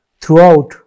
throughout